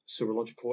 serological